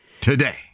Today